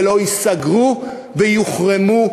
ולא ייסגרו ויוחרמו,